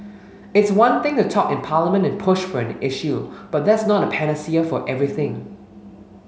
it's one thing to talk in Parliament and push for an issue but that's not a panacea for everything